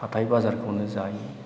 हाथाइ बाजारखौनो जायो